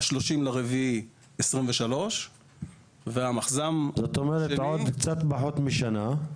ב-30 באפריל 2023. קצת פחות משנה.